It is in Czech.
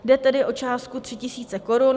Jde tedy o částku 3 tisíc korun.